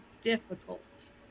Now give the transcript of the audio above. difficult